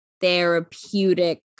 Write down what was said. therapeutic